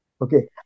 Okay